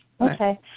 Okay